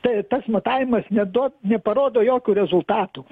tai tas matavimas neduot neparodo jokių rezultatų